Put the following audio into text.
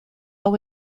hau